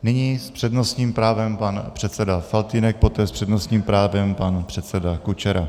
Nyní s přednostním právem pan předseda Faltýnek, poté s přednostním právem pan předseda Kučera.